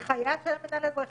אבל זאת הנחיית המינהל האזרחי,